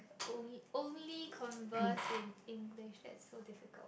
onl~ only converse in English that's so difficult